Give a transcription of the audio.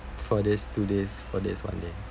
four days two days four days one day